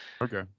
Okay